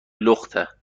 لخته